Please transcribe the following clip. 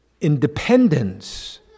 independence